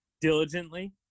Diligently